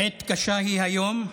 עת קשה היא היום.